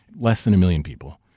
less than a million people.